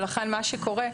ולכן מה שקורה,